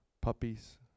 puppies